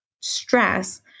stress